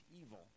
evil